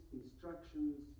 instructions